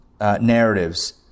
Narratives